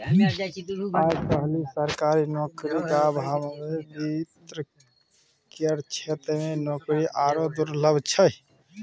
आय काल्हि सरकारी नौकरीक अभावमे वित्त केर क्षेत्रमे नौकरी आरो दुर्लभ छै